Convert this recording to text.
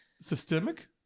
systemic